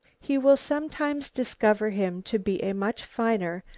he will sometimes discover him to be a much finer,